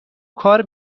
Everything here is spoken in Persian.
کار